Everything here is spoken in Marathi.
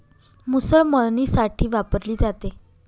मुसळ मळणीसाठी वापरली जाते